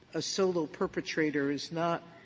a solo perpetrator is not